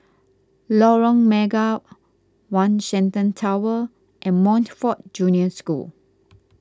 Lorong Mega one Shenton Tower and Montfort Junior School